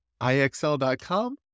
IXL.com